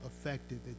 affected